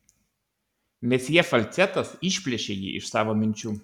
mesjė falcetas išplėšė jį iš savo minčių